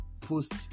post